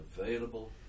available